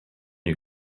you